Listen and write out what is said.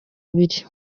abiri